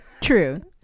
True